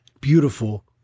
beautiful